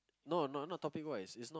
no not not topic wise it's not